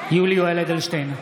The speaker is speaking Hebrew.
יולי יואל אדלשטיין,